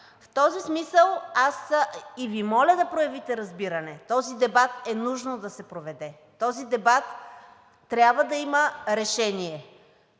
други правила. И Ви моля да проявите разбиране! Този дебат е нужно да се проведе. Този дебат трябва да има решение